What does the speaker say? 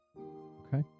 Okay